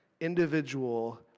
individual